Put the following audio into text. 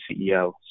CEO